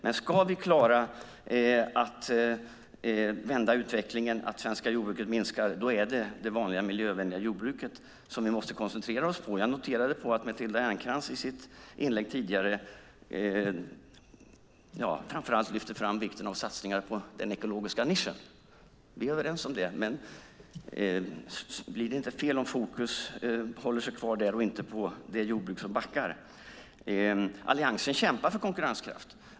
Men om vi ska klara att vända utvecklingen där det svenska jordbruket minskar så är det det vanliga miljövänliga jordbruket som vi måste koncentrera oss på. Jag noterade att Matilda Ernkrans i sitt inlägg tidigare framför allt lyfte fram vikten av satsningar på den ekologiska nischen. Vi är överens om det, men blir det inte fel om fokus håller sig kvar där och inte på det jordbruk som backar? Alliansen kämpar för konkurrenskraft.